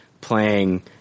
playing